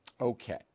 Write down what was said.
Okay